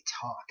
talk